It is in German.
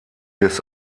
des